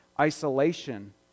isolation